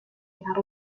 agarra